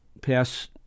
pass